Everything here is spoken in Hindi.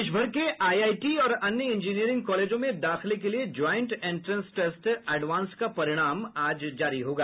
देश भर के आईआईटी और अन्य इंजीनियरिंग कॉलेजों में दाखिले के लिए ज्वाइंट एंट्रेंस टेस्ट एडवांस का परिणाम आज जारी होगा